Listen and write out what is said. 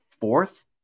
fourth